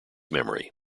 memory